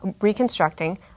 reconstructing